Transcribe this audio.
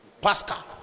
pascal